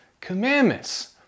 commandments